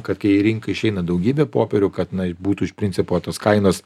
kad kai į rinką išeina daugybė popierių kad na būtų iš principo tos kainos